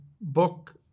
book